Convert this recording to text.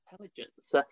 intelligence